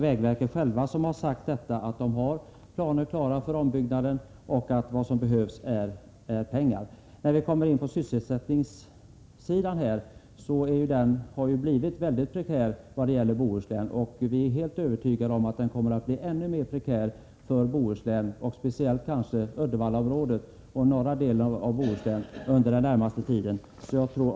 Vägverket självt har alltså sagt att det finns planer klara för ombyggnaden och att vad som behövs är pengar. Sysselsättningen kommer att bli ännu mer prekär i Bohuslän, speciellt i Uddevallaområdet och i norra delen under den närmaste tiden.